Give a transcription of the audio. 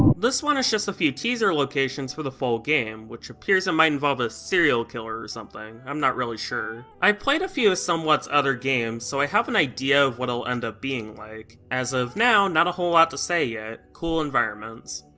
this one is just a few teaser locations for the full game, which appears it might involve a serial killer or something? i'm not really sure. i've played a few of somewhat's other games, so i have an idea of what it'll end up being like. as of now, not a whole lot to say yet. cool environments.